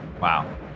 Wow